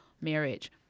marriage